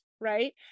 right